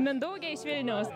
mindaugė iš vilniaus